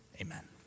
Amen